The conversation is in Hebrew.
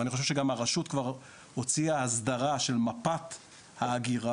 ואני חושב שגם הרשות כבר הוציאה הסדרה של מפת האגירה,